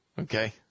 Okay